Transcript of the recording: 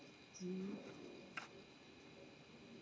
mmhmm